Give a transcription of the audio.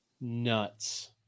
Nuts